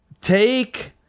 take